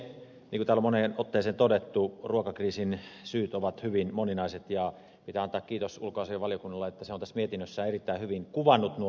niin kuin täällä on moneen otteeseen todettu ruokakriisin syyt ovat hyvin moninaiset ja pitää antaa kiitos ulkoasiainvaliokunnalle että se on tässä mietinnössään erittäin hyvin kuvannut nuo syyt